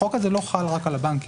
החוק הזה לא חל רק על הבנקים.